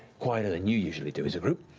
quieter than you usually do as a group.